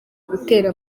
gutera